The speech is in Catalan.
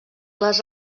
les